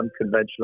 unconventional